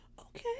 Okay